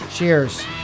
Cheers